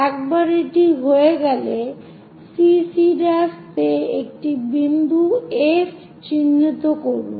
একবার এটি হয়ে গেলে CC'তে একটি বিন্দু F চিহ্নিত করুন